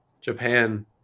Japan